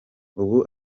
ubu